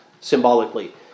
symbolically